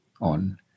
on